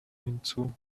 hinzu